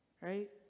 right